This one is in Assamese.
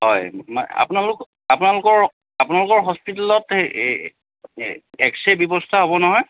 হয় আপোনালোক আপোনালোকৰ হস্পিতালত এই এ ক্সৰে ব্যৱস্থা হ'ব নহয়